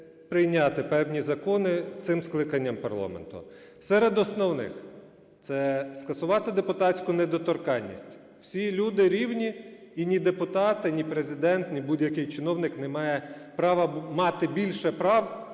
прийняти певні закони цим скликанням парламенту. Серед основних - це скасувати депутатську недоторканність, всі люди рівні, і ні депутати, ні Президент, ні будь-який чиновник не має права мати більше прав,